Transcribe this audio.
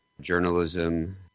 journalism